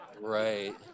Right